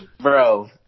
bro